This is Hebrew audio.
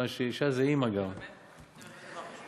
כיוון שאישה זה אימא גם, כן, זה באמת דבר חשוב.